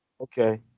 Okay